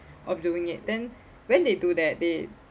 of doing it then when they do that they